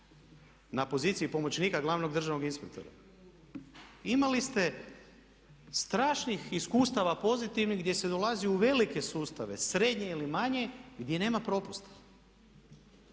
na poziciji pomoćnika glavnog državnog inspektora. Imali ste strašnih iskustava pozitivnih gdje se dolazi u velike sustave, srednje ili manje gdje nema propusta.